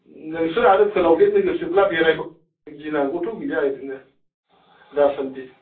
नोंसोर आरो फोलावदेरनो गोसोब्ला गिनांगौथ' गैया ओरैनो दा सान्दि